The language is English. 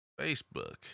Facebook